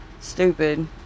Stupid